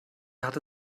hatte